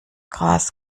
gras